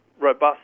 robust